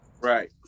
Right